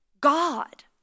God